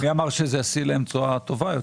מי אמר שזה ישיא להם תשואה טובה יותר?